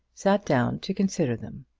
sat down to consider them.